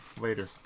later